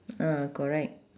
ah correct